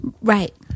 Right